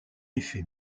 effet